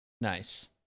Nice